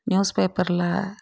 news பேப்பரில்